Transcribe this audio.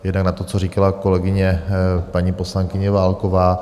Jednak na to, co říkala kolegyně paní poslankyně Válková.